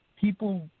people